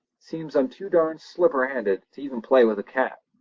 seems i'm too darned slipperhanded to even play with a cat.